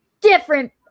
different